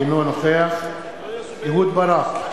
אינו נוכח אהוד ברק,